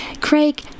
Craig